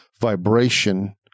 vibration